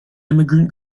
immigrant